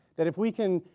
that if we can